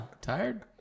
tired